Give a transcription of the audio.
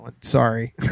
Sorry